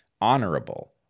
honorable